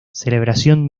celebración